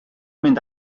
mynd